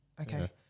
okay